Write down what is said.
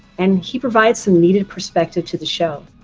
and he provides some needed perspective to the show.